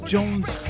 Jones